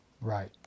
right